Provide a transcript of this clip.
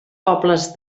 pobles